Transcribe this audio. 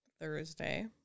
Thursday